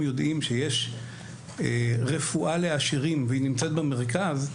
יודעים שיש רפואה לעשירים והיא נמצאת במרכז,